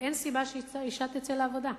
אין סיבה שאשה תצא לעבודה.